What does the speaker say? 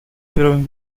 первом